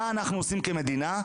מה אנחנו עושים כמדינה,